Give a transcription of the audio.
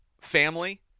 family